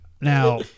Now